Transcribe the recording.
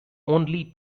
only